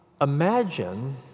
Imagine